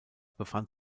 befand